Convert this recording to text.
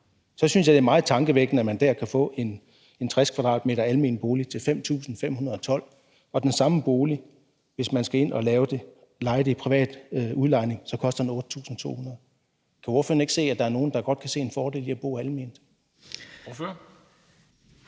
at det er meget tankevækkende, at man dér kan få en almen bolig på 60 m² til 5.512 kr., mens den samme bolig, hvis man skal ind og leje den som privat udlejning, koster 8.200 kr. Kan ordføreren ikke se, at der er nogen, der godt kan se en fordel i at bo alment?